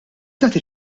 tagħti